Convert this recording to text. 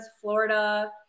florida